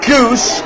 Goose